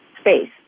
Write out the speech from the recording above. space